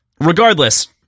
Regardless